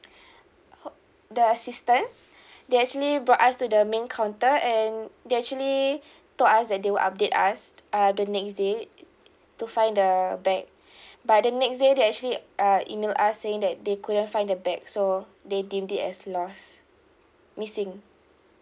the assistant they actually brought us to the main counter and they actually told us that they will update us uh the next day to find the bag but the next day they actually uh email us saying that they couldn't find the bag so they deemed it as lost missing